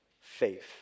faith